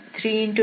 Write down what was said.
2x316